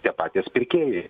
tie patys pirkėjai